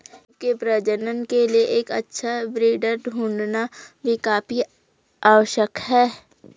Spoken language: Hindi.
ईव के प्रजनन के लिए एक अच्छा ब्रीडर ढूंढ़ना भी काफी आवश्यक है